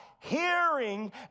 hearing